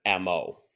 MO